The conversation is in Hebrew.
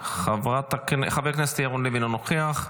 חבר הכנסת ירון לוי, אינו נוכח,